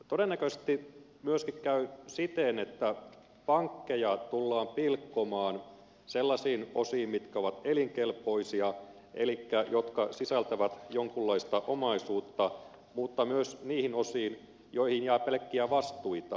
todennäköisesti myöskin käy siten että pankkeja tullaan pilkkomaan sellaisiin osiin mitkä ovat elinkelpoisia elikkä mitkä sisältävät jonkunlaista omaisuutta mutta myös niihin osiin joihin jää pelkkiä vastuita